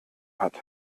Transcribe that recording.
hat